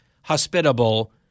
hospitable